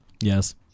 Yes